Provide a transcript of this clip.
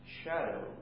shadow